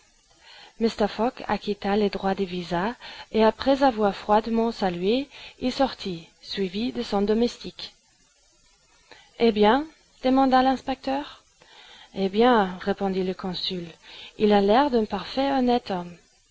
les droits de visa et après avoir froidement salué il sortit suivi de son domestique eh bien demanda l'inspecteur eh bien répondit le consul il a l'air d'un parfait honnête